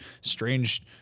strange